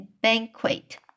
banquet